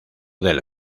del